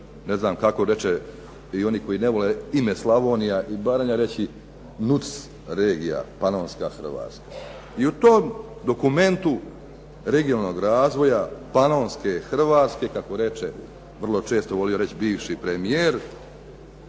ne znam kako reče i oni koji ne vole ime Slavonija i Baranja reći NUC regija Panonska Hrvatska. I u tom dokumentu regionalnog razvoja Panonske Hrvatske, kako reče, vrlo često volio reći bivši premijer,